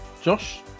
Josh